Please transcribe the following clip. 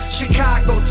Chicago